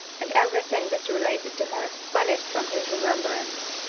and every thing that related to her, vanished from his remembrance.